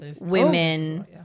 women